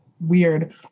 weird